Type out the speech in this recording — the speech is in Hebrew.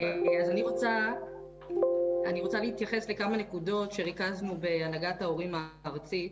אני רוצה להתייחס לכמה נקודות שריכזנו בהנהגת ההורים הארצית.